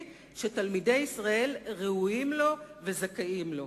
שתלמידי ישראל ראויים לו וזכאים לו.